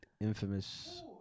Infamous